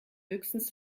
höchstens